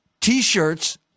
T-shirts